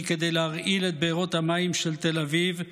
כדי להרעיל את בארות המים של תל אביב,